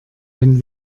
wenn